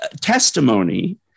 testimony